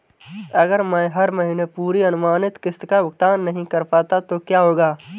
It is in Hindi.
अगर मैं हर महीने पूरी अनुमानित किश्त का भुगतान नहीं कर पाता तो क्या होगा?